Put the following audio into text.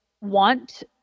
want